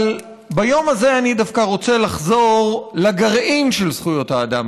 אבל ביום הזה אני דווקא רוצה לחזור לגרעין של זכויות האדם,